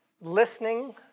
listening